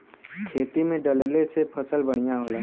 खेती में डलले से फसल बढ़िया होला